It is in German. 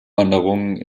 wanderungen